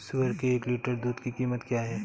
सुअर के एक लीटर दूध की कीमत क्या है?